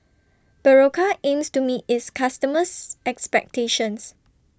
Berocca aims to meet its customers' expectations